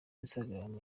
instagram